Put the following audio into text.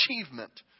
achievement